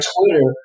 Twitter